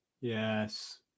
Yes